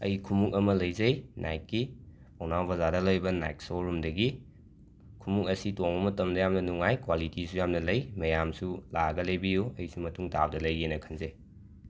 ꯑꯩ ꯈꯨꯃꯨꯛ ꯑꯃ ꯂꯩꯖꯩ ꯅꯥꯏꯛꯀꯤ ꯄꯥꯎꯅꯥ ꯖꯥꯔꯗ ꯂꯩꯕ ꯅꯥꯏꯛ ꯁꯣꯔꯨꯝꯗꯒꯤ ꯈꯨꯃꯨꯛ ꯑꯁꯤ ꯇꯣꯡꯕ ꯃꯇꯝꯗ ꯌꯥꯝꯅ ꯅꯨꯡꯉꯥꯏ ꯀ꯭ꯋꯥꯂꯤꯇꯤꯖꯨ ꯌꯥꯝꯅ ꯂꯩ ꯃꯌꯥꯝꯁꯨ ꯂꯥꯛꯑꯒ ꯂꯩꯕꯤꯌꯨ ꯑꯩꯁꯨ ꯃꯇꯨꯡ ꯇꯥꯕꯗ ꯂꯩꯒꯦꯅ ꯈꯟꯖꯩ